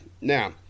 Now